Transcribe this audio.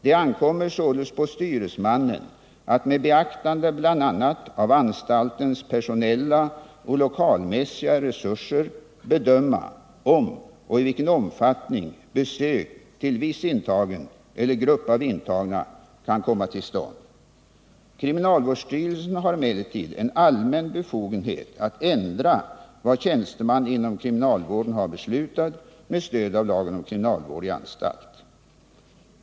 Det ankommer således på styresmannen att med beaktande bl.a. av anstaltens personella och lokalmässiga resurser bedöma om och i vilken omfattning besök till viss intagen eller grupp av intagna kan komma till stånd. Kriminalvårdsstyrelsen har emellertid en allmän befogenhet att ändra vad tjänsteman inom kriminalvården har beslutat med stöd av lagen om kriminalvård i anstalt.